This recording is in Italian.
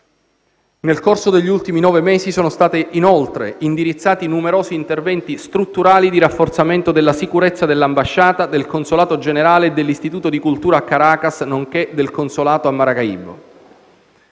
Nel corso degli ultimi nove mesi sono stati inoltre indirizzati numerosi interventi strutturali di rafforzamento della sicurezza dell'ambasciata, del consolato generale e dell'istituto di cultura a Caracas nonché del consolato a Maracaibo.